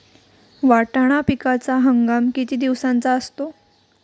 वाटाणा पिकाचा हंगाम किती दिवसांचा असतो?